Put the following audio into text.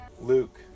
Luke